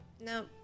No